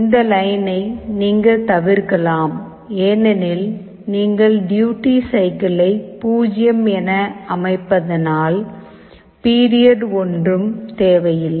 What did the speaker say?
இந்த லைன்னை நீங்கள் தவிர்க்கலாம் ஏனெனில் நீங்கள் டியூட்டி சைக்கிள்ளை 0 என அமைப்பதனால் பிரியடு ஒன்றும் தேவையில்லை